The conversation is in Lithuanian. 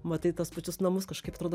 matai tuos pačius namus kažkaip atrodo